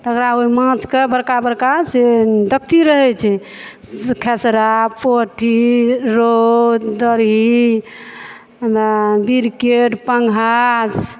तकरबाद ओहि माँछके बड़का बड़का से डेकची रहै छै खेसरा पोठी रौह दरही बिर्केट पँघास